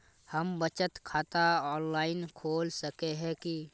हम बचत खाता ऑनलाइन खोल सके है की?